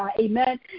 Amen